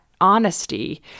honesty